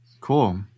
Cool